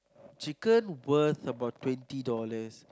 chicken worth about twenty dollars